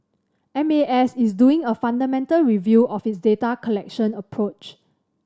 M A S is doing a fundamental review of its data collection approach